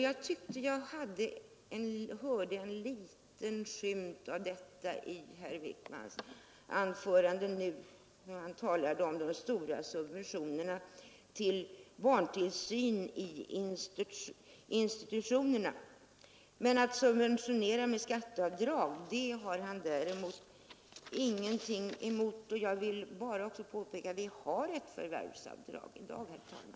Jag tyckte jag hörde ett litet eko av detta i herr Wijkmans anförande när han nu talade om de stora subventionerna till barntillsyn i institutionerna. Att subventionera med skatteavdrag har han däremot ingenting att invända mot. Jag vill bara påpeka att vi har ett förvärvsavdrag i dag, herr talman.